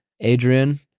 adrian